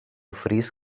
fris